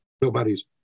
nobody's